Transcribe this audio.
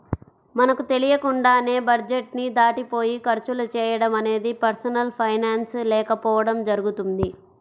మనకు తెలియకుండానే బడ్జెట్ ని దాటిపోయి ఖర్చులు చేయడం అనేది పర్సనల్ ఫైనాన్స్ లేకపోవడం జరుగుతుంది